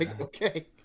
okay